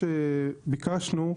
שביקשנו,